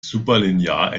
superlinear